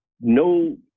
no